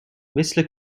مثل